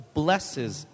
blesses